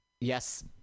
Yes